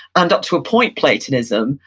and up to a point platonism,